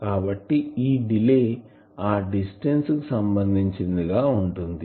కాబట్టి ఈ డిలే ఆ డిస్టెన్స్ కు సంబంధించింది గా ఉంటుంది